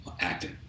acting